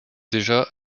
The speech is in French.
déjà